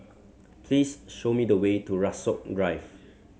please show me the way to Rasok Drive